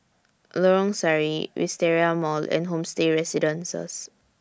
Lorong Sari Wisteria Mall and Homestay Residences